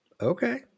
Okay